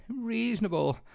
reasonable